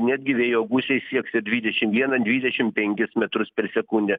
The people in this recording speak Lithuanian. netgi vėjo gūsiai sieks ir dvidešim vieną dvidešim penkis metrus per sekundę